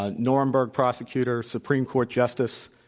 ah nuremberg prosecutor, supreme court justice,